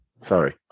Sorry